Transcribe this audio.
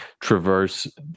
traverse